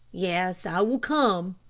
yes, i will come,